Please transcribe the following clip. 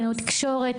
קלינאות תקשורת?